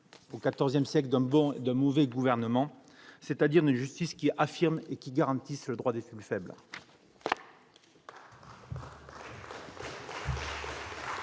au XIV siècle d'un bon ou d'un mauvais gouvernement, c'est-à-dire d'une justice qui affirme et garantisse le droit des plus faibles.